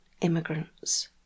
immigrants